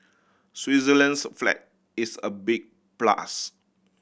Switzerland's flag is a big plus